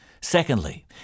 Secondly